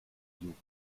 jugend